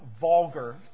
vulgar